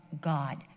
God